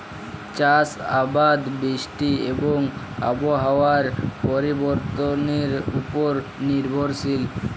চাষ আবাদ বৃষ্টি এবং আবহাওয়ার পরিবর্তনের উপর নির্ভরশীল